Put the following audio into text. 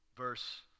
Verse